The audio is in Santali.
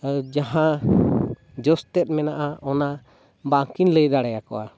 ᱡᱟᱦᱟᱸ ᱡᱚᱥ ᱛᱮᱫ ᱢᱮᱱᱟᱜᱼᱟ ᱚᱱᱟ ᱵᱟᱝ ᱠᱤᱱ ᱞᱟᱹᱭ ᱫᱟᱲᱮ ᱟᱠᱚᱣᱟ